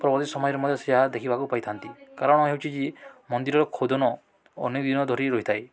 ପ୍ରବଦୀ ସମୟରେ ମଧ୍ୟ ସେହା ଦେଖିବାକୁ ପାଇଥାନ୍ତି କାରଣ ହେଉଛି ଯେ ମନ୍ଦିର ଖୋଦନ ଅନ୍ୟ ଦିନ ଧରି ରହିଥାଏ